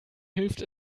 hilft